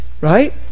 Right